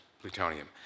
plutonium